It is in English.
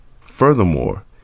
Furthermore